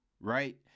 right